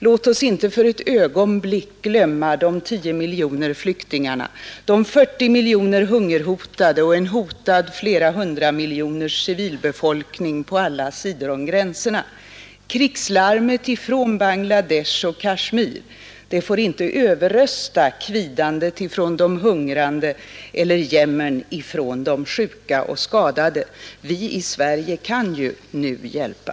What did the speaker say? Låt oss inte för ett ögonblick glömma de tio miljoner flyktingarna, de 40 miljoner hungerhotade och en hotad civilbefolkning på flera hundra miljoner på alla sidor om gränserna. Krigslarmet från Bangla Desh och Kashmir får inte överrösta kvidandet från de hungrande eller jämmern från de sjuka och skadade. Vi i Sverige kan ju nu hjälpa.